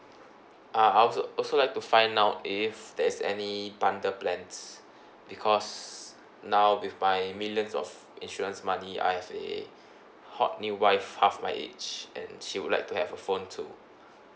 uh I also also like to find out if there's any bundle plans because now with my millions of insurance money I have a hot new wife half my age and she would like to have a phone too